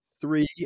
Three